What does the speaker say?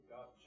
God